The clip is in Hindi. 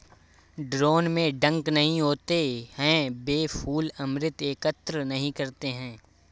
ड्रोन में डंक नहीं होते हैं, वे फूल अमृत एकत्र नहीं करते हैं